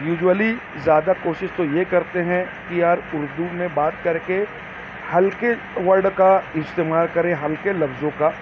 usually زیادہ کوشش تو یہ کرتے ہیں کہ یار اردو میں بات کر کے ہلکے ورڈ کا استعمال کرے ہلکے لفظوں کا